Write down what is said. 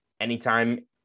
Anytime